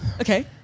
Okay